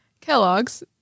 Kellogg's